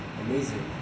amazing